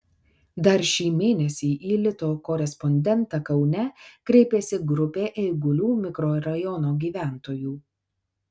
dar šį mėnesį į lito korespondentą kaune kreipėsi grupė eigulių mikrorajono gyventojų